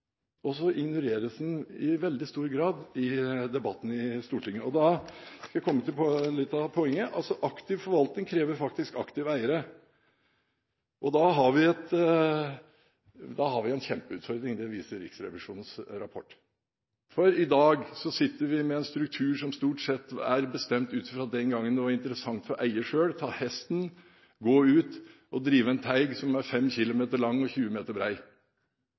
veldig stor grad i debatten i Stortinget. Da vil jeg komme til litt av poenget. Aktiv forvaltning krever aktive eiere, og da har vi en kjempeutfordring, det viser Riksrevisjonens rapport. For i dag sitter vi med en struktur som stort sett er bestemt ut fra den gangen det var interessant for eieren selv å ta hesten, gå ut og drive en teig som var 5 km lang og 20 meter